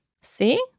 See